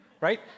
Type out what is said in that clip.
Right